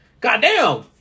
goddamn